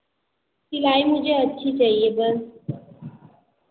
सिलाई मुझे अच्छी चाहिए बस